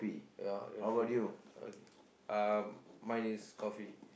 ya your fav~ okay uh mine is coffee